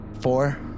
Four